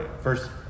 First